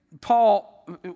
Paul